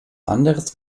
anderes